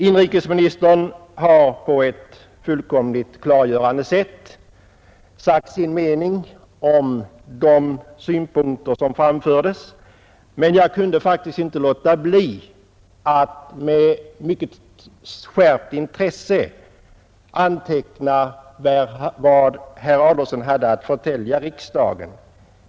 Inrikesministern har på ett fullkomligt klargörande sätt sagt sin mening om de synpunkter som framfördes, men jag kunde faktiskt inte låta bli att med mycket skärpt intresse anteckna vad herr Adolfsson hade att förtälja riksdagen.